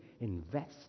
invest